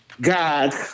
God